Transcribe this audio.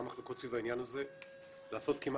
כי היו מחלוקות סביב העניין הזה לעשות